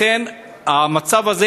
לכן המצב הזה,